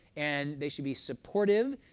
and they should be supportive,